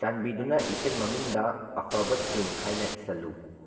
ꯆꯥꯟꯕꯤꯗꯨꯅ ꯏꯁꯩ ꯃꯃꯤꯡꯗ ꯑꯐꯕ ꯇ꯭ꯌꯨꯟ ꯍꯥꯏꯅ ꯏꯁꯤꯜꯂꯨ